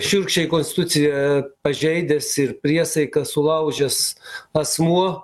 šiurkščiai konstituciją pažeidęs ir priesaiką sulaužęs asmuo